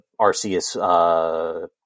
Arceus